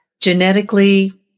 genetically